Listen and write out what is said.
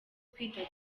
kwita